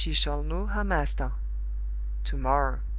she shall know her master to-morrow.